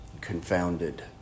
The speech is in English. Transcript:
confounded